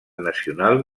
nacional